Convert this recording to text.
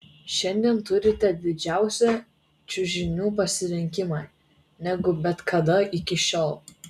šiandien turite didžiausią čiužinių pasirinkimą negu bet kada iki šiol